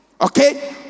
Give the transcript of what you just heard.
Okay